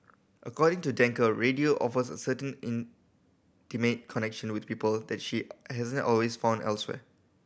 according to Danker radio offers a certain intimate connection with people that she hasn't always found elsewhere